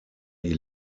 die